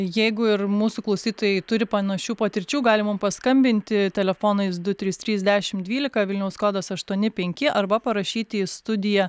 jeigu ir mūsų klausytojai turi panašių patirčių gali mum paskambinti telefonais du trys trys dešim dvylika vilniaus kodas aštuoni penki arba parašyti į studiją